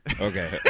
Okay